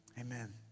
amen